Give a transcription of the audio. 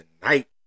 tonight